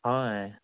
ꯍꯣꯏ